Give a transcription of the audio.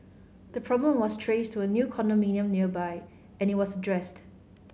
the problem was traced to a new condominium nearby and it was addressed